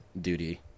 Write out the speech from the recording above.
duty